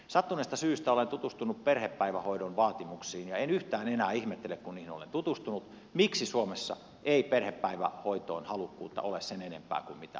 sattuneesta syystä olen tutustunut perhepäivähoidon vaatimuksiin ja en yhtään enää ihmettele kun niihin olen tutustunut miksi suomessa ei perhepäivähoitoon halukkuutta ole sen enempää kuin mitä on